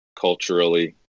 culturally